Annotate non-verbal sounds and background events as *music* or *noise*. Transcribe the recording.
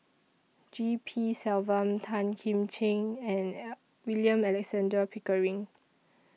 G P Selvam Tan Kim Ching and *unintelligible* William Alexander Pickering